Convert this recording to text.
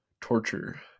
torture